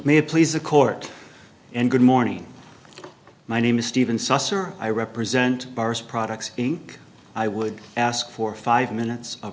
may please the court and good morning my name is steven susser i represent bars products i would ask for five minutes of